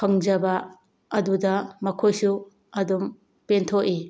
ꯐꯪꯖꯕ ꯑꯗꯨꯗ ꯃꯈꯣꯏꯁꯨ ꯑꯗꯨꯝ ꯄꯦꯟꯊꯣꯛꯏ